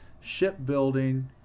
shipbuilding